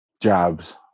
jobs